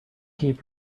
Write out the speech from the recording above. keep